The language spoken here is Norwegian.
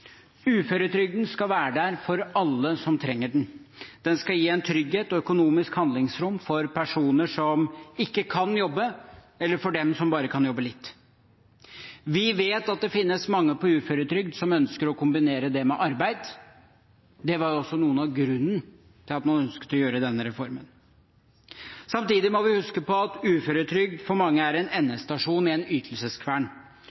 Uføretrygden skal være der for alle som trenger den. Den skal gi trygghet og økonomisk handlingsrom for personer som ikke kan jobbe, eller for dem som bare kan jobbe litt. Vi vet at det finnes mange på uføretrygd som ønsker å kombinere det med arbeid. Det var også noe av grunnen til at man ønsket denne reformen. Samtidig må vi huske på at uføretrygd for mange er en endestasjon i en ytelseskvern.